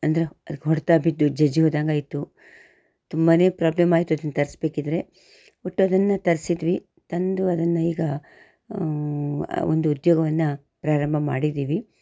ಅಂದ್ರೆ ಅದ್ಕೆ ಹೊಡ್ತ ಬಿದ್ದು ಜಜ್ಜಿ ಹೋದಂಗಾಯಿತು ತುಂಬಾ ಪ್ರಾಬ್ಲಮ್ ಆಯ್ತು ಅದನ್ನ ತರಿಸ್ಬೇಕಿದ್ರೆ ಒಟ್ಟು ಅದನ್ನು ತರಿಸಿದ್ವಿ ತಂದು ಅದನ್ನು ಈಗ ಆ ಒಂದು ಉದ್ಯೋಗವನ್ನು ಪ್ರಾರಂಭ ಮಾಡಿದ್ದೀವಿ